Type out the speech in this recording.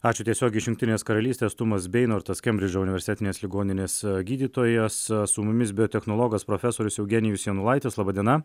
ačiū tiesiogiai iš jungtinės karalystės tumas beinortas kembridžo universitetinės ligoninės gydytojas su mumis biotechnologas profesorius eugenijus janulaitis laba diena